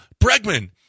Bregman